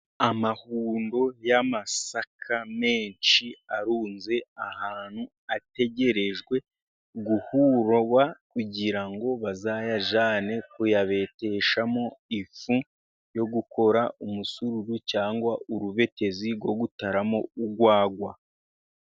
Amahundo y'amasaka menshi arunze ahantu, ategerejwe guhurwa kugira ngo bazayajyane kuyabeteshamo ifu yo gukora umusururu, cyangwa urubetezi rwo gutaramo urwagwa.